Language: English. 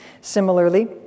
Similarly